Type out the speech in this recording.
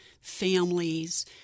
families